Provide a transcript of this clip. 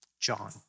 John